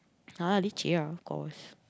ah leceh ah of course